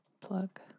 plug